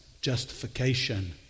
justification